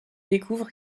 découvre